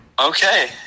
Okay